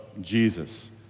Jesus